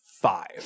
five